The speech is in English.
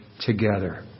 together